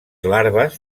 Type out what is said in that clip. larves